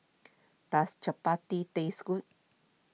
does Chappati taste good